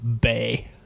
bay